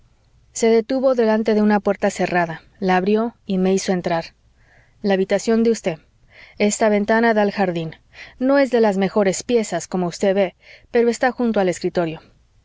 se detuvo delante de una puerta cerrada la abrió y me hizo entrar la habitación de usted esta ventana da al jardín no es de las mejores piezas como usted ve pero está junto al escritorio